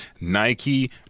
Nike